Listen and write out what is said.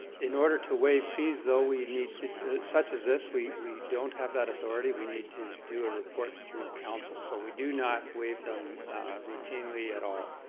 in order to waive fees though we'd need to such as this we we don't have that authority. we need to do a report through council. so we do not waive them routinely at all.